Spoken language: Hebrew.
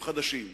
מתקומם.